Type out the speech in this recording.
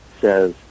says